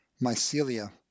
mycelia